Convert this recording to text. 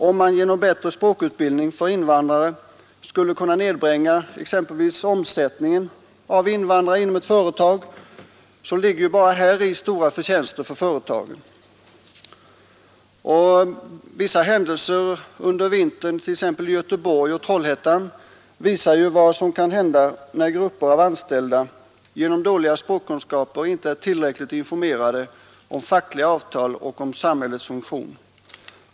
Om man genom bättre språkutbildning för invandrare skulle kunna nedbringa omsättningen av invandrare inom företagen, ligger bara häri stora förtjänster för företagen. Vissa händelser under vintern, t.ex. i Göteborg och Trollhättan, visar ju vad som kan hända när grupper av anställda genom dåliga språkkunskaper inte är tillräckligt informerade om fackliga avtal och om samhällets funktion.